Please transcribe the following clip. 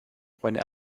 when